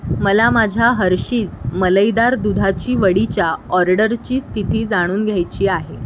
मला माझ्या हर्शीज मलईदार दुधाची वडीच्या ऑर्डरची स्थिती जाणून घ्यायची आहे